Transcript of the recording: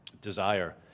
desire